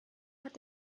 hat